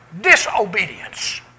disobedience